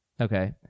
Okay